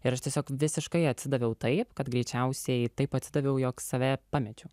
ir aš tiesiog visiškai atsidaviau taip kad greičiausiai taip atsidaviau jog save pamečiau